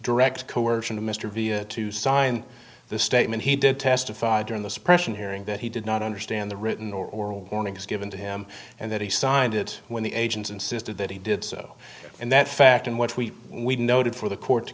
direct coercion of mr via to sign the statement he did testify during the suppression hearing that he did not understand the written or oral warnings given to him and that he signed it when the agents insisted that he did so and that fact in which we we noted for the court to